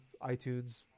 iTunes